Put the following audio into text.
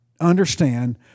understand